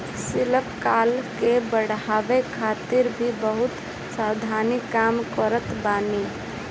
शिल्प कला के बढ़ावे खातिर भी बहुते संस्थान काम करत बाने